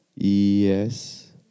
Yes